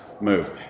move